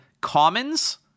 commons